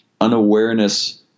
unawareness